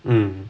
mmhmm